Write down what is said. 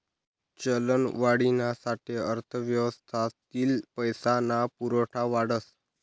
चलनवाढीना साठे अर्थव्यवस्थातील पैसा ना पुरवठा वाढस